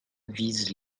vise